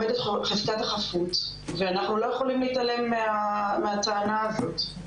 חזקת החפות ואנחנו לא יכולים להתעלם מהטענה הזאת.